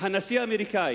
שהנשיא האמריקני